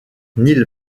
neil